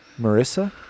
Marissa